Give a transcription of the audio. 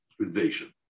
invasion